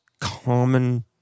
common